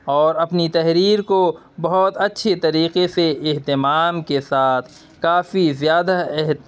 اور اپنی تحریر کو بہت اچھے طریقے سے احتمام کے ساتھ کافی زیادہ اہم